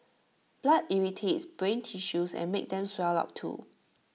blood irritates brain tissues and makes them swell up too